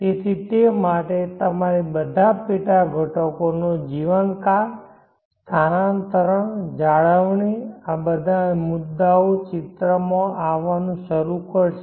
તેથી તે માટે તમારે બધા પેટા ઘટકો નો જીવનકાળ સ્થાનાંતરણ જાળવણી આ બધા મુદ્દાઓ ચિત્રમાં આવવાનું શરૂ કરશે